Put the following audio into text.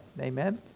Amen